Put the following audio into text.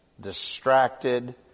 distracted